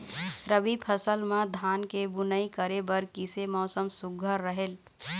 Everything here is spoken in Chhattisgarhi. रबी फसल म धान के बुनई करे बर किसे मौसम सुघ्घर रहेल?